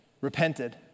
repented